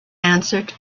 answered